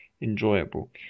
enjoyable